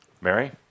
Mary